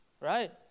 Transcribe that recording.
right